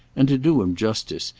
and, to do him justice,